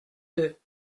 deux